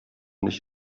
nicht